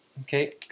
Okay